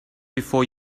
before